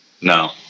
no